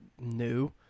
new